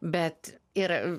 bet ir